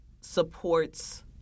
supports